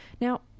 Now